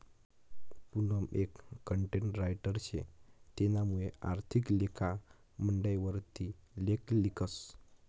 पूनम एक content writer शे तेनामुये आर्थिक लेखा मंडयवर ती लेख लिखस